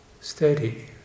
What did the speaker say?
steady